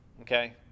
okay